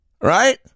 right